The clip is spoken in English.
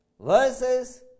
verses